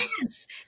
Yes